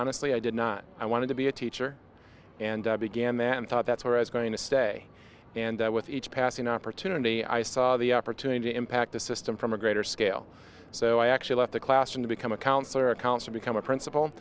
honestly i did not i wanted to be a teacher and i began there and thought that's where i was going to stay and with each passing opportunity i saw the opportunity to impact the system from a greater scale so i actually left the classroom to become a counselor a counselor become a principal